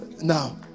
Now